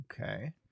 Okay